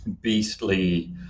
beastly